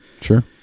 Sure